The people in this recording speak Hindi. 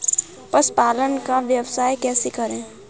पशुपालन का व्यवसाय कैसे करें?